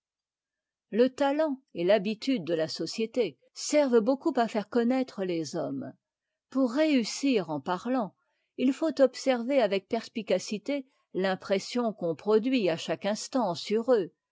le talent et l'habitude de la société servent beaucoup à faire connaître les hommes pour réussir en partant faut observer avec perspicacité l'impression qu'on iproduit à chaque instant sur eux